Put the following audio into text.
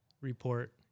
report